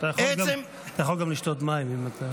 אתה יכול גם לשתות מים אם אתה,